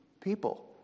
people